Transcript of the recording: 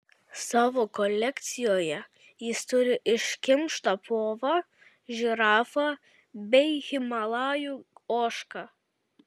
savo kolekcijoje jis turi iškimštą povą žirafą bei himalajų ožką